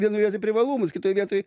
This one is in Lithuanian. vienoj vietoj privalumas kitoj vietoj